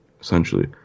Essentially